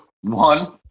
One